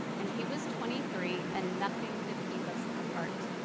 and he was twenty three. and nothing could keep us apart.